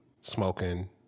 smoking